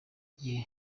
gihe